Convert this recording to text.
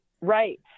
right